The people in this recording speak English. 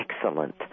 excellent